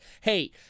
Hey